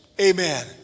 Amen